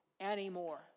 anymore